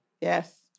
Yes